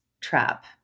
trap